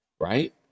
right